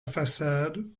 façade